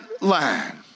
line